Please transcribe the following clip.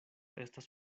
estas